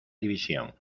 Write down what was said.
división